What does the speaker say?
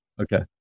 Okay